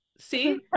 see